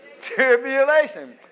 tribulation